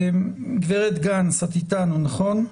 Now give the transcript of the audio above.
גב' גנס, את איתנו, נכון?